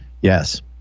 yes